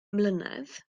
mlynedd